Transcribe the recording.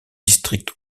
district